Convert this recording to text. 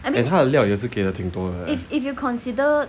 and 它的料也是给挺多的 right